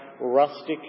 rustic